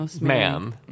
ma'am